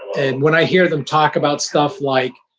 and when i hear them talk about stuff like